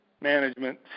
management